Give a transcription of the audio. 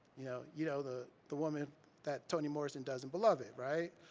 yeah you know, the the woman that toni morrison does in beloved, right,